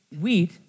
wheat